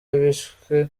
bishwe